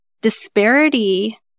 disparity